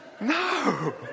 no